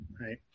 right